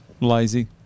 lazy